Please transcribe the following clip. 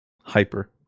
hyper